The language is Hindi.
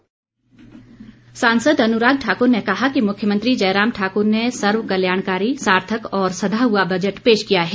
प्रतिक्रिया सांसद अनुराग ठाकुर ने कहा कि मुख्यमंत्री जयराम ठाकुर ने सर्वकल्याणकारी सार्थक और सधा हुआ बजट पेश किया है